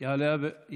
תודה.